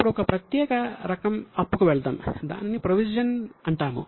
ఇప్పుడు ఒక ప్రత్యేక రకం అప్పుకు వెళ్దాం దానిని ప్రొవిజన్ అంటాము